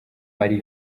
marie